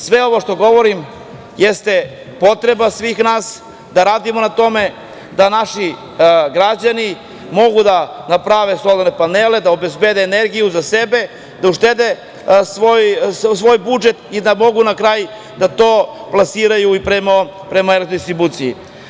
Sve ovo što govorim jeste potreba svih nas da radimo na tome, da naši građani mogu da naprave solarne panele, da obezbede energiju za sebe, da uštede svoj budžet i da mogu na kraju da to plasiraju i prema Elektrodistribuciji.